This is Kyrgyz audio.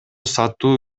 сатуу